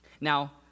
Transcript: Now